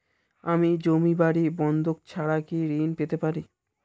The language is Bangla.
আমি জমি বাড়ি বন্ধক ছাড়া কি ঋণ পেতে পারি?